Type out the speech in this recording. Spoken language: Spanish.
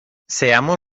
seamos